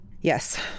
Yes